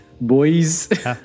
boys